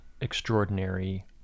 extraordinary